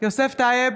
יוסף טייב,